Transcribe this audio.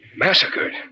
Massacred